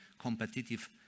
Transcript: competitive